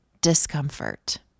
discomfort